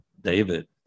David